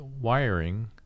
wiring